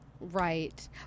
Right